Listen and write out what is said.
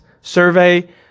survey